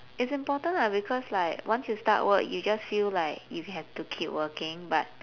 it's important lah because like once you start work you just feel like you have to keep working but